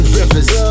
rivers